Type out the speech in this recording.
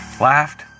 laughed